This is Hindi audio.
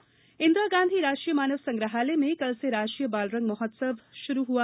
बालरंग इंदिरा गाँधी राष्ट्रीय मानव संग्रहालय में कल से राष्ट्रीय बालरंग महोत्सव आरंभ हुआ